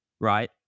right